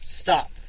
Stop